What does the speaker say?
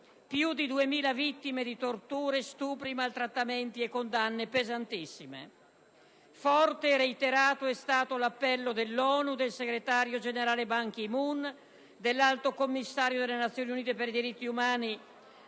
più di 2000 vittime di torture, stupri, maltrattamenti e condanne pesantissime. Forte e reiterato è stato l'appello dell'ONU, del segretario generale Ban Ki‑moon, dell'alto commissario delle Nazioni Unite per i diritti umani